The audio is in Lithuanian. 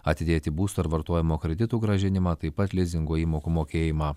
atidėti būsto ir vartojimo kreditų grąžinimą taip pat lizingo įmokų mokėjimą